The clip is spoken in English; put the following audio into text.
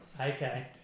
Okay